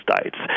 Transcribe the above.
states